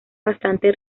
bastante